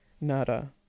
Nada